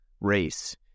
race